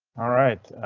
alright,